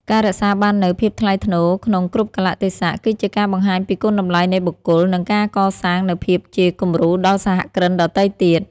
ការរក្សាបាននូវ "ភាពថ្លៃថ្នូរក្នុងគ្រប់កាលៈទេសៈ" គឺជាការបង្ហាញពីគុណតម្លៃនៃបុគ្គល និងការកសាងនូវភាពជាគំរូដល់សហគ្រិនដទៃទៀត។